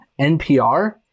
NPR